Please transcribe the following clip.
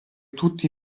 tutti